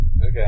Okay